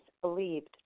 believed